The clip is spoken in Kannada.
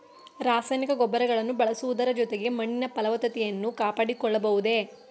ರಾಸಾಯನಿಕ ಗೊಬ್ಬರಗಳನ್ನು ಬಳಸುವುದರ ಜೊತೆಗೆ ಮಣ್ಣಿನ ಫಲವತ್ತತೆಯನ್ನು ಕಾಪಾಡಿಕೊಳ್ಳಬಹುದೇ?